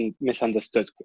misunderstood